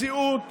מציאות